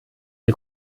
wir